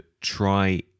try